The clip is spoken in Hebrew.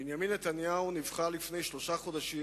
בנימין נתניהו נבחר לפני שלושה חודשים